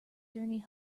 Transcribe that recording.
journey